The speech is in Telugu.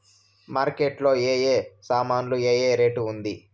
మార్కెట్ లో ఏ ఏ సామాన్లు ఏ ఏ రేటు ఉంది?